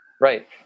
Right